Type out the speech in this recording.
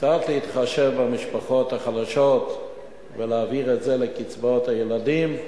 קצת להתחשב במשפחות החלשות ולהעביר את זה לקצבאות הילדים.